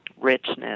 richness